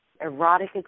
erotic